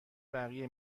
بقیه